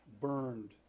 burned